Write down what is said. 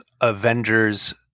Avengers